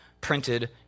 printed